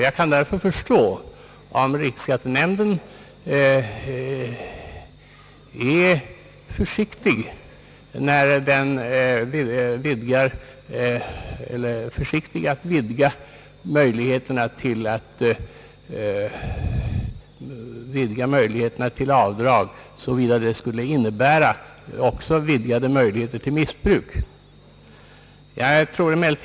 Jag kan därför förstå, om riksskattenämnden är försiktig med att vidga möjligheterna till avdrag, såvida det skulle innebära också vidgade möj ligheter till missbruk.